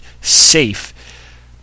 safe